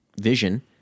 vision